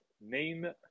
name